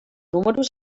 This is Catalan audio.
números